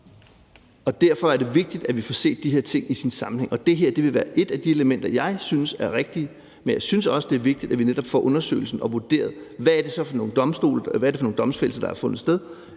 Derfor er det vigtigt, at vi får set de her ting i en sammenhæng, og det her vil være et af de elementer, jeg synes er rigtige, men jeg synes også, det er vigtigt, at vi netop får undersøgelsen og får vurderet, hvad det så er for nogle domfældelser, der er fundet sted,